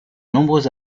nombreux